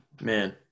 Man